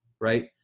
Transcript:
right